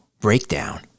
breakdown